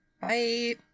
Bye